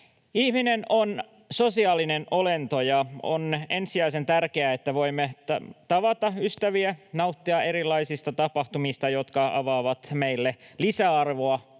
Ihminen on sosiaalinen olento, ja on ensisijaisen tärkeää, että voimme tavata ystäviä, nauttia erilaisista tapahtumista, jotka antavat meille lisäarvoa,